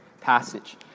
passage